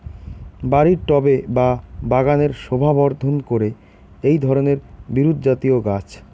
বাড়ির টবে বা বাগানের শোভাবর্ধন করে এই ধরণের বিরুৎজাতীয় গাছ